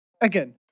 again